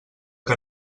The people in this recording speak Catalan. que